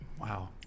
Wow